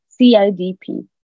CIDP